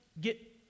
get